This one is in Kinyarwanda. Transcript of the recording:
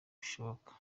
bishoboka